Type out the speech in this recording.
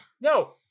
No